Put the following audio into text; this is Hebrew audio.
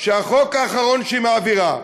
שהחוק האחרון שהיא מעבירה,